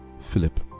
Philip